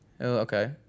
Okay